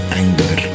anger